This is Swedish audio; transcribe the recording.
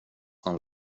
någon